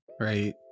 right